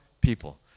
people